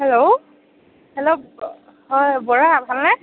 hello hello হয় বৰা ভালনে